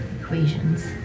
equations